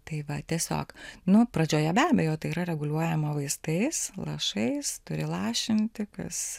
tai va tiesiog nu pradžioje be abejo tai yra reguliuojama vaistais lašais turi lašinti kas